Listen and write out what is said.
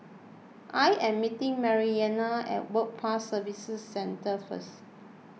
I am meeting Maryellena at Work Pass Services Centre first